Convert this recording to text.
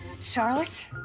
Charlotte